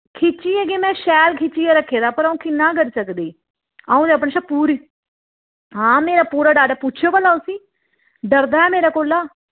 खिच्चियै कि में शैल खिच्चियै रक्खे दा पर अ'ऊं किन्ना करी सकदी अ'ऊं ते अपने शा पूरी हां मेरा पूरा डर ऐ पुच्छेओ भला उस्सी डरदा ऐ मेरे कोला